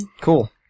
Cool